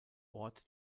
ort